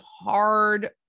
hard